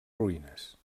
ruïnes